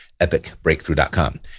epicbreakthrough.com